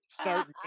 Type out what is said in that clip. start